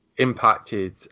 impacted